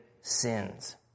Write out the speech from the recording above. sins